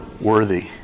worthy